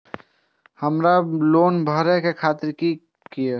हमर लोन भरए के तारीख की ये?